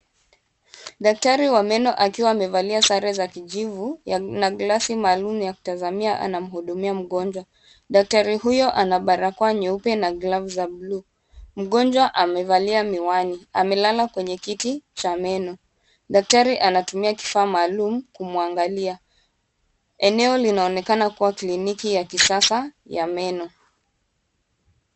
Daktari wa meno akiwa amevalia sare za kijivu na glasi maalum ya kutazamia anamhudumia mgonjwa. Daktari huyo ana barakoa nyeupe na glavu za bluu. Mgonjwa amevalia miwani amelala kwenye kiti cha meno. Daktari anatumia kifaa maalum kumwangalia. Eneo linaonekana kuwa kliniki ya kisasa ya meno.